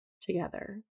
Together